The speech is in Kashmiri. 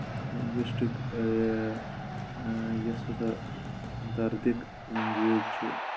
لِنٛگوِسٹِک یۄس ہَسا دَردِک لنٛگویج چھِ